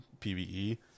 PVE